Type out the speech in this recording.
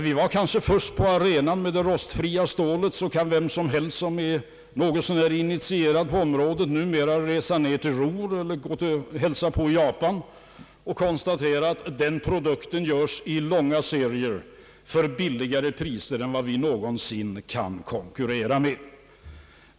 Vi var först på arenan med det rostfria stålet, men nu kan vem som helst som är något så när initierad på området resa till Ruhr eller hälsa på i Japan och konstatera att den produkten på dessa ställen görs i långa serier och till lägre priser än vad vi någonsin kan konkurrera med.